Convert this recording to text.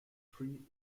free